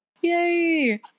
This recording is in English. Yay